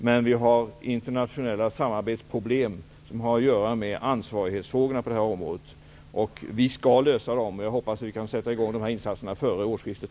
Men vi har internationella samarbetsproblem, som har att göra med ansvarighetsfrågorna på detta område. Vi skall lösa dem. Jag hoppas att vi kan sätta i gång insatserna före årsskiftet.